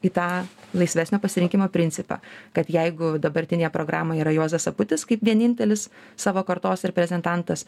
į tą laisvesnio pasirinkimo principą kad jeigu dabartinėje programoje yra juozas aputis kaip vienintelis savo kartos reprezentantas